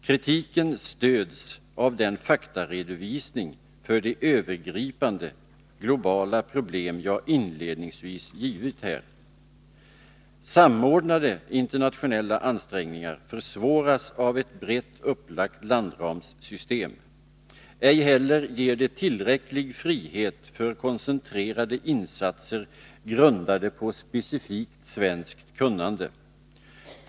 Kritiken stöds av den faktaredovisning för de övergripande, globala problem jag inledningsvis givit. Samordnade internationella ansträngningar försvåras av ett brett upplagt landramssystem. Ett sådant system ger inte heller tillräcklig frihet för koncentrerade insatser grundade på specifikt svenskt kunnande.